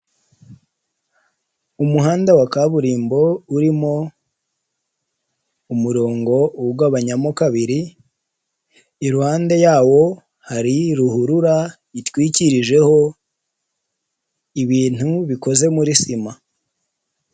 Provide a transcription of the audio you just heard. Umuhanda wa kaburimbo urimo umurongo uwugabanyamo kabiri, iruhande yawo hari ruhurura itwikirijeho ibintu bikoze muri sima.